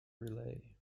relay